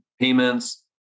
payments